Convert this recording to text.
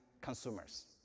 consumers